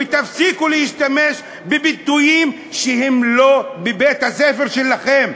ותפסיקו להשתמש בביטויים שהם לא מבית-הספר שלכם,